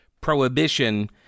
prohibition